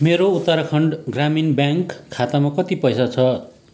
मेरो उत्तराखण्ड ग्रामीण ब्याङ्क खातामा कति पैसा छ